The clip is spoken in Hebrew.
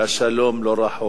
שהשלום לא רחוק,